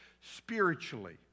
spiritually